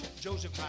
Joseph